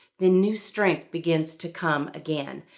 then new strength begins to come again.